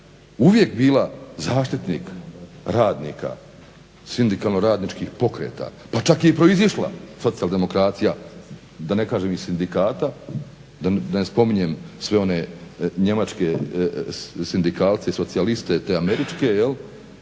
uvijek bila zaštitnik radnika, sindikalno radničkih pokreta, pa čak je i proizišla socijaldemokracija da ne kažem iz sindikata da ne spominjem sve one njemačke sindikalce i socijaliste te američke, da